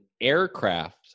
aircraft